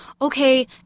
okay